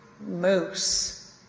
Moose